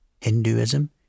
Hinduism